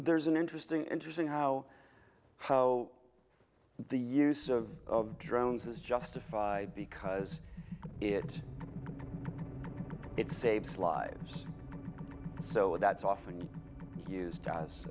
there's an interesting interesting how how the use of of drones is justified because it it saves lives so that's often used as